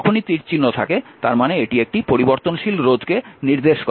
যখনই তীরচিহ্ন থাকে তার মানে এটি একটি পরিবর্তনশীল রোধকে নির্দেশ করে